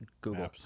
Google